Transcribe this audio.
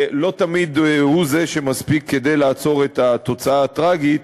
לא תמיד הוא זה שמספיק כדי לעצור את התוצאה הטרגית.